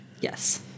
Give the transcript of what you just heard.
Yes